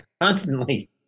constantly